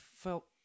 felt